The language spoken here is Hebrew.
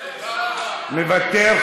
מוותר,